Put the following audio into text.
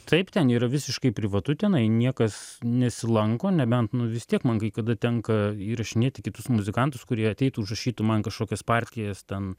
taip ten yra visiškai privatu tenai niekas nesilanko nebent nu vis tiek man kai kada tenka įrašinėti kitus muzikantus kurie ateitų užrašytų man kažkokias partijas ten